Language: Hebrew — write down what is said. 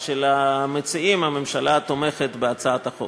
של המציעים, הממשלה תומכת בהצעות החוק.